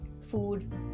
food